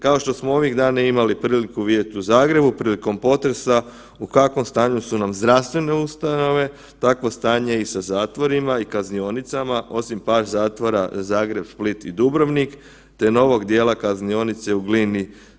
Kao što smo ovih dana imali priliku vidjeti u Zagrebu, prilikom potresa, u kakvom stanju su nam zdravstvene ustanove, takvo stanje je i sa zatvorima i kaznionicama, osim par zatvora, Zagreb, Split i Dubrovnik te novog dijela Kaznionice u Glini.